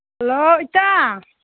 hello ꯏꯇꯥ